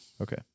Okay